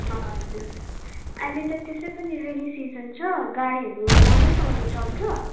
हजुर अहिले त त्यसै पनि रेनी सिजन छ गाडीहरू राम्रोसँगले चल्छ